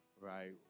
right